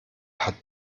hat